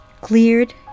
Cleared